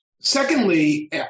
Secondly